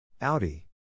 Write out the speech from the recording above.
Audi